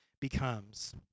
becomes